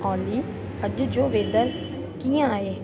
ऑली अॼ जो वेदर कीअं आहे